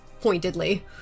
pointedly